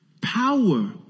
Power